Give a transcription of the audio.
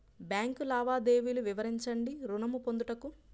Bank లావాదేవీలు వివరించండి ఋణము పొందుటకు?